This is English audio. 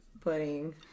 putting